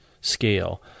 scale